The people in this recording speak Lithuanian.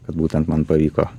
kad būtent man pavyko